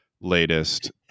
latest